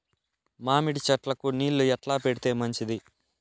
మామిడి చెట్లకు నీళ్లు ఎట్లా పెడితే మంచిది?